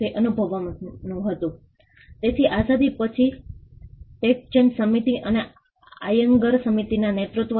તેથી અમે જોખમ મેપિંગનો વિકાસ કર્યો અને પછી સમય જતાં અમે તેમની સાથે એક એક્શન પ્લાન બનાવ્યો